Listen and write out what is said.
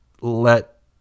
let